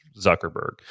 Zuckerberg